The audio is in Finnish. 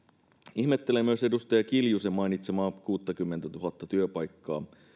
ihmettelen myös edustaja kiljusen mainitsemaa kuuttakymmentätuhatta työpaikkaa